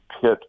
pit